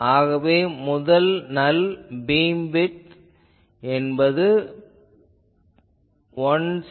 ஆகவே முதல் null beamwidth என்பது 171